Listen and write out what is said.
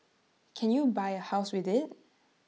can you buy A house with IT